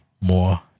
more